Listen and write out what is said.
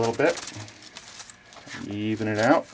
little bit even it out